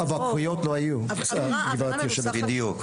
אבל קריאות לא היו גבירתי היושבת ראש.